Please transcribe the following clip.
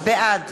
בעד